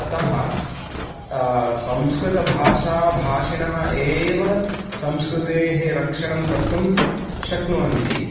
अतः संस्कृतभाषा भाषिणः एव संस्कृतेः रक्षणं कर्तुं शक्नुवन्ति